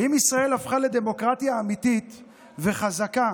האם ישראל הפכה לדמוקרטיה אמיתית וחזקה